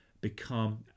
become